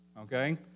okay